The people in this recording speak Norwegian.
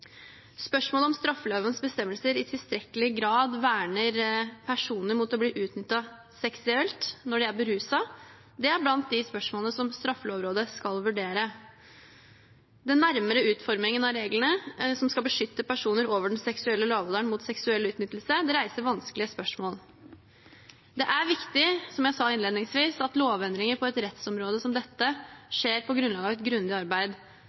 Spørsmålet om hvorvidt straffelovens bestemmelser i tilstrekkelig grad verner personer mot å bli utnyttet seksuelt når de er beruset, er blant de spørsmålene som straffelovrådet skal vurdere. Den nærmere utformingen av reglene som skal beskytte personer over den seksuelle lavalderen mot seksuell utnyttelse, reiser vanskelige spørsmål. Det er viktig, som jeg sa innledningsvis, at lovendringer på et rettsområde som dette skjer på grunnlag av et grundig arbeid,